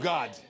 God